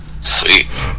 Sweet